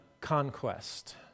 conquest